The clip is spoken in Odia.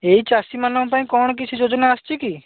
ଏଇ ଚାଷିମାନଙ୍କ ପାଇଁ କ'ଣ କିଛି ଯୋଜନା ଆସିଛି କି